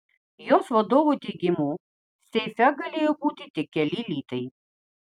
jos vadovo teigimu seife galėjo būti tik keli litai